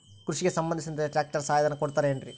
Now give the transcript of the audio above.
ಕೃಷಿಗೆ ಸಂಬಂಧಿಸಿದಂತೆ ಟ್ರ್ಯಾಕ್ಟರ್ ಸಹಾಯಧನ ಕೊಡುತ್ತಾರೆ ಏನ್ರಿ?